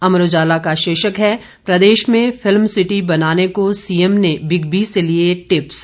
अमर उजाला का शीर्षक है प्रदेश में फिल्म सिटी बनाने को सीएम ने बिग बी से लिये टिप्स